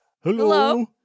Hello